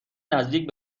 نزدیک